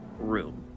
room